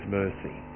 mercy